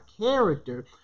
character